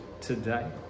today